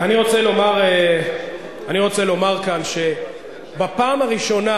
אני רוצה לומר כאן שבפעם הראשונה